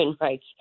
rights